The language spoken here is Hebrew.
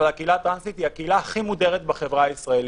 אבל הקהילה הטרנסית היא הקהילה הכי מודרת בחברה הישראלית.